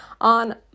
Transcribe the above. on